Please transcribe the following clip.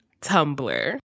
Tumblr